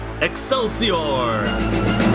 Excelsior